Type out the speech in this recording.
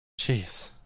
Jeez